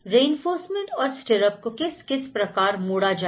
reinforcement और stirrup को किस किस प्रकार मोड़ा जाए